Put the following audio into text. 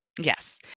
Yes